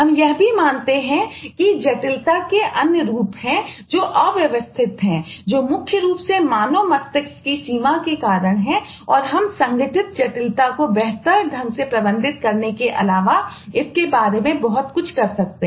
हम यह भी मानते हैं कि जटिलता के अन्य रूप हैं जो अव्यवस्थित हैं जो मुख्य रूप से मानव मस्तिष्क की सीमा के कारण है और हम संगठित जटिलता को बेहतर ढंग से प्रबंधित करने के अलावा इसके बारे में बहुत कुछ कर सकते हैं